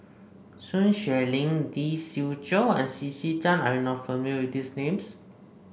Sun Xueling Lee Siew Choh and C C Tan are you not familiar with these names